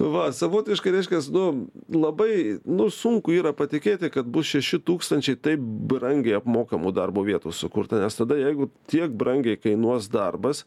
va savotiškai reiškias nu labai nu sunku yra patikėti kad bus šeši tūkstančiai taip brangiai apmokamų darbo vietų sukurta nes tada jeigu tiek brangiai kainuos darbas